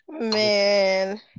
Man